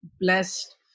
blessed